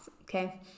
Okay